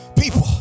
people